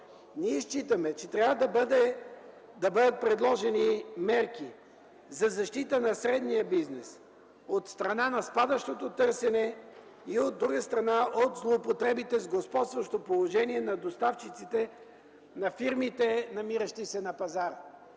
Ние считаме, че трябва да бъдат предложени мерки за защита на средния бизнес от страна на спадащото търсене, и, от друга страна, от злоупотребите с господстващо положение на доставчиците, на фирмите, намиращи се на пазара.